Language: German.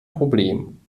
problem